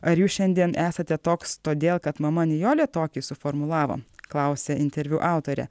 ar jūs šiandien esate toks todėl kad mama nijolė tokį suformulavo klausė interviu autorė